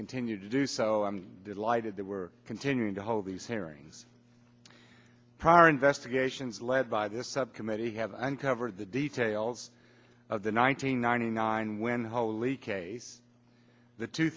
continue to do so i'm delighted that we're continuing to hold these hearings prior investigations led by this subcommittee have uncovered the details of the nine hundred ninety nine when holy case the two